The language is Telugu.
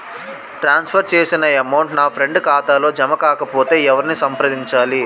ట్రాన్స్ ఫర్ చేసిన అమౌంట్ నా ఫ్రెండ్ ఖాతాలో జమ కాకపొతే ఎవరిని సంప్రదించాలి?